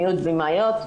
מיעוט בימאיות,